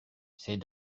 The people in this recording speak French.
c’est